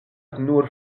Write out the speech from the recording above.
nur